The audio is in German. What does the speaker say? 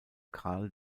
karl